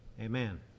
Amen